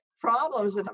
problems